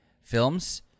films